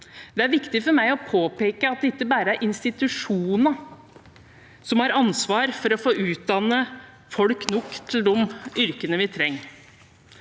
Det er viktig for meg å påpeke at det ikke bare er institusjonene som har ansvar for å få utdannet nok folk til de yrkene vi trenger.